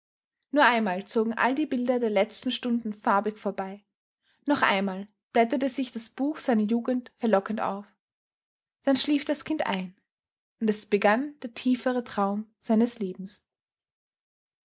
noch einmal zogen all die bilder der letzten stunden farbig vorbei noch einmal blätterte sich das buch seiner jugend verlockend auf dann schlief das kind ein und es begann der tiefere traum seines lebens